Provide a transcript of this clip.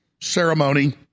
ceremony